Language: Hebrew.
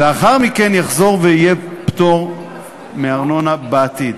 לאחר מכן יחזור ויהיה פטור מארנונה בעתיד.